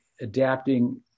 adapting